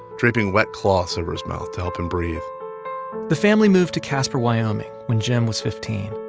draping wet cloths over his mouth to help him breathe the family moved to casper, wyo. um and when jim was fifteen.